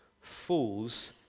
Fools